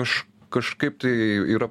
aš kažkaip tai yra